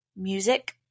music